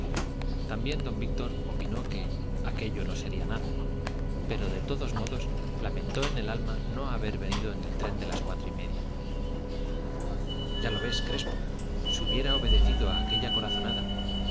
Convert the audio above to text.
también don víctor opinó que aquello no sería nada pero de todos modos lamentó en el alma no haber venido en el tren de las cuatro y media ya lo ves crespo si hubiera obedecido a aquella corazonada